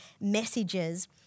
messages